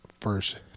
first